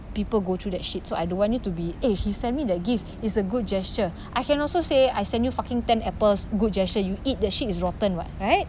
people go through that shit so I don't want you to be eh he send me that gift is a good gesture I can also say I send you fucking ten apples good gesture you eat that shit is rotten [what] right